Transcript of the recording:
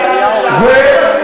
חצאי אמת, חצאי אמת.